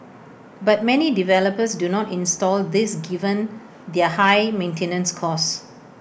but many developers do not install these given their high maintenance costs